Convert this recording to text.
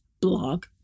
blog